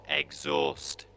exhaust